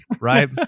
right